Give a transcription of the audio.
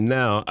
now